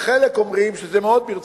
לחלק אומרים שזה מאוד ברצינות.